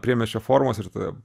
priemiesčio formos ir ta